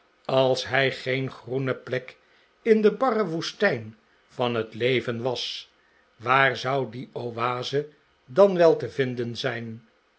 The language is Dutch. als hij geen groene plek in de barre woestijn van het leven was waar zou die oase dan wel te vinden zijn